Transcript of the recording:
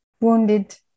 wounded